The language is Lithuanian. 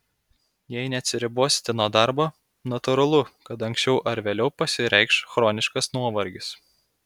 jei neatsiribosite nuo darbo natūralu kad anksčiau ar vėliau pasireikš chroniškas nuovargis